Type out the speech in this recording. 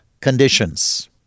conditions